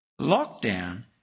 Lockdown